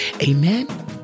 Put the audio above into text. Amen